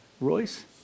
Royce